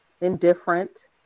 indifferent